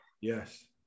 Yes